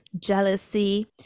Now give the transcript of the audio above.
jealousy